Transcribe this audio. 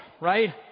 right